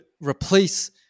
replace